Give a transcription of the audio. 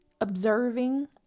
observing